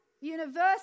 university